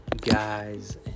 guys